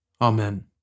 Amen